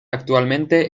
actualmente